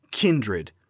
Kindred